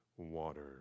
water